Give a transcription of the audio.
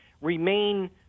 remain